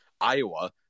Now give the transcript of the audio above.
iowa